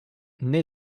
naît